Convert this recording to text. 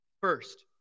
First